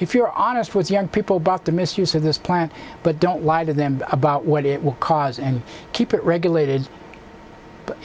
if you're honest with young people bought the misuse of this plan but don't lie to them about what it will cause and keep it regulated